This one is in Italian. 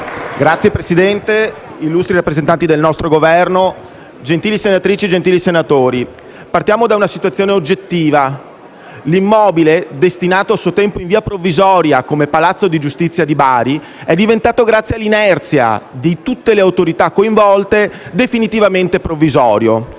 Signor Presidente, illustri rappresentanti del nostro Governo, gentili senatrici, gentili senatori, partiamo da una situazione oggettiva: l'immobile, destinato a suo tempo in via provvisoria a palazzo di giustizia di Bari, è diventato, grazie all'inerzia di tutte le autorità coinvolte, definitivamente provvisorio.